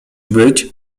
być